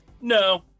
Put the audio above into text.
no